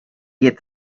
get